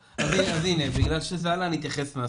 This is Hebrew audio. הנה, בגלל שזה עלה נתייחס מהסוף.